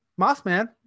mothman